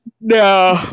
no